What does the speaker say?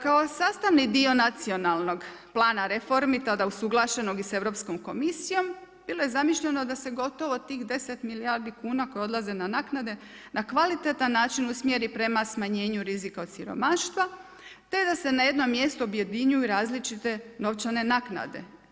Kao sastavni dio nacionalnog plana reformi, tada usuglašenog i sa Europskom komisijom, bilo je zamišljeno da se gotovo tih 10 milijardi kuna koje odlaze na naknade, na kvalitetan način usmjere prema smanjenju rizika od siromaštva, te da se na jednom mjestu objedinjuju različiti novčane naknade.